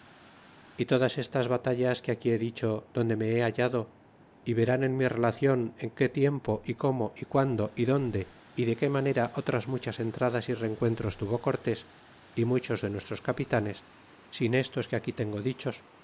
y todas estas batallas que aquí he dicho donde me he hallado y verán en mi relacion en qué tiempo y cómo y qundo y donde y de qué manera otras muchas entradas y rencuentros tuvo cortés y muchos de nuestros capitanes sin estos que aquí tengo dichos